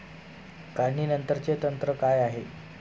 काढणीनंतरचे तंत्र काय आहे?